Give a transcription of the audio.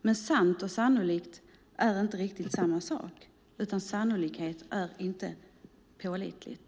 Men sant och sannolikt är inte riktigt samma sak, för sannolikt är inte pålitligt.